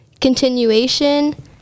continuation